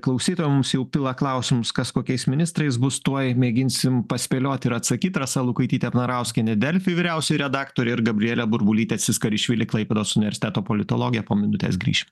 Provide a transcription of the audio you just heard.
klausytojai mums jau pila klausimus kas kokiais ministrais bus tuoj mėginsim paspėliot ir atsakyt rasa lukaitytė vnarauskienė delfi vyriausioji redaktorė ir gabrielė burbulytė tsiskarishvili klaipėdos universiteto politologė po minutės grįšim